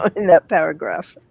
ah in that paragraph.